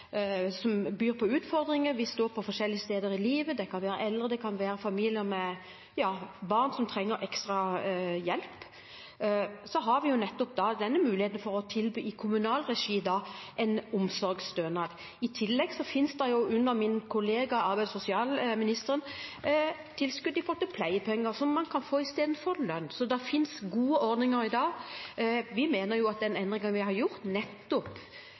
som byr på utfordringer, vi står på forskjellige steder i livet. Det kan være eldre, eller det kan være familier med barn som trenger ekstra hjelp. Men vi har i dag en mulighet til å tilby en omsorgsstønad i kommunal regi. I tillegg finnes det under min kollega arbeids- og sosialministeren tilskudd i form av pleiepenger, som man kan få i stedet for lønn. Så det finnes gode ordninger i dag. Vi mener at den endringen vi har gjort, er blitt gjort nettopp